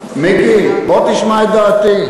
מיקי, בוא תשמע את דעתי.